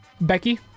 Becky